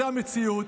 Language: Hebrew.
זו המציאות,